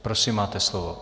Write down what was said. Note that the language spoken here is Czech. Prosím, máte slovo.